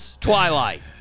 Twilight